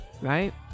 right